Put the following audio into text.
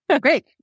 great